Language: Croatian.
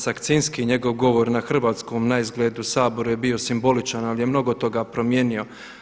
Sakcinski i njegov govor na hrvatskom naizgled u Saboru je bio simboličan, ali je mnogo toga promijenio.